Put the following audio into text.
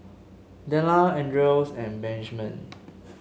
Della Andreas and Benjman